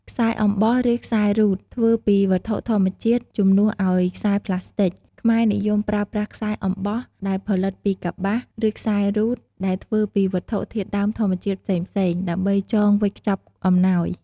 ខ្សែអំបោះ ឬខ្សែរូតធ្វើពីវត្ថុធម្មជាតិ ជំនួសឱ្យខ្សែបូផ្លាស្ទិក ខ្មែរនិយមប្រើប្រាស់ខ្សែអំបោះដែលផលិតពីកប្បាស ឬខ្សែរូតដែលធ្វើពីវត្ថុធាតុដើមធម្មជាតិផ្សេងៗ ដើម្បីចងវេចខ្ចប់អំណោយ។